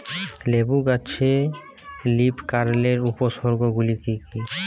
লেবু গাছে লীফকার্লের উপসর্গ গুলি কি কী?